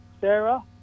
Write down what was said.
Sarah